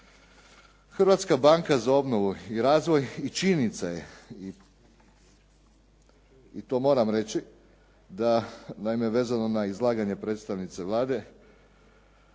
Hrvatska banka za obnovu i razvoj i činjenica je i to moram reći da naime vezano na izlaganje predstavnice Vlade